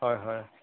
হয় হয়